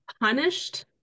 punished